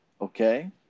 Okay